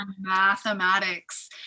mathematics